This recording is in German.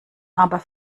aber